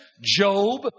Job